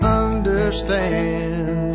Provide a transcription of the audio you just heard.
understand